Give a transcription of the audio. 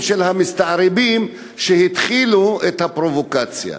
של המסתערבים שהתחילו את הפרובוקציה.